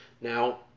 Now